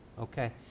Okay